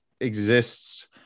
exists